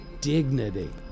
Dignity